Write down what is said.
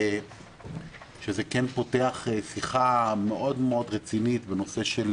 שזה כן פותח שיחה רצינית מאוד בנושא של